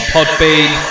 Podbean